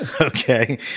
Okay